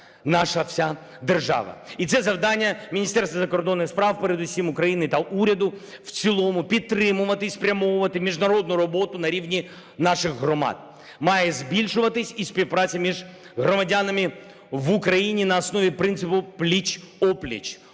наша вся держава. І це завдання Міністерству закордонних справ передусім України та уряду в цілому підтримувати і спрямовувати міжнародну роботу на рівні наших громадян. Має збільшуватися і співпраця між громадянами в Україні на основі принципу пліч-о-пліч.